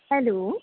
hello